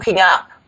up